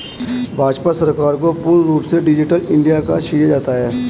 भाजपा सरकार को पूर्ण रूप से डिजिटल इन्डिया का श्रेय जाता है